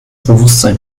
bewusstsein